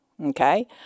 Okay